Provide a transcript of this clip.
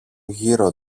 γύρω